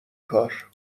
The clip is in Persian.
کار